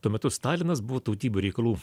tuo metu stalinas buvo tautybių reikalų